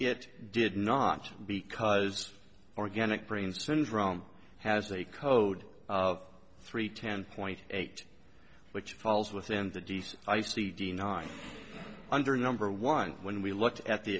it did not because organic brain syndrome has a code of three ten point eight which falls within the d c i c d nine under number one when we look at the